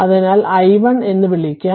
അതിനെ it എന്ന് വിളിക്കാം